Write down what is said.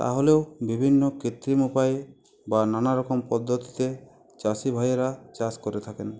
তাহলেও বিভিন্ন কৃত্রিম উপায়ে বা নানারকম পদ্ধতিতে চাষি ভাইয়েরা চাষ করে থাকেন